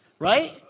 Right